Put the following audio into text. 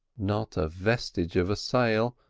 not a vestige of sail,